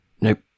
Nope